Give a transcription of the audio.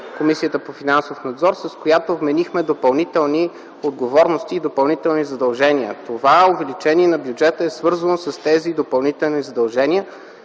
Комисията по финансов надзор, с която вменихме допълнителни отговорности и допълнителни задължения. Това увеличение на бюджета е свързано с тези допълнителни задължения,